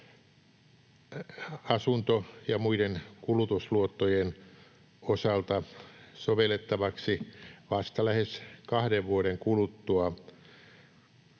asunto‑ ja muiden kulutusluottojen osalta sovellettavaksi vasta lähes kahden vuoden kuluttua